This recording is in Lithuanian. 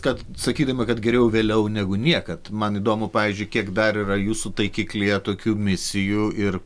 kad sakydami kad geriau vėliau negu niekad man įdomu pavyzdžiui kiek dar yra jūsų taikiklyje tokių misijų ir